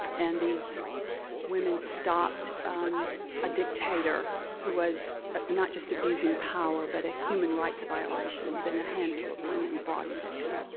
and these women stopped a dictator who was not just abusing power, but human rights' violations, and a handful of women brought him down.